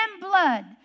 blood